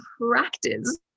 practice